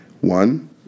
One